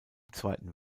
zweiten